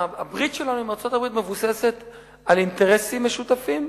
הברית שלנו עם ארצות-הברית מבוססת על אינטרסים משותפים,